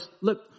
Look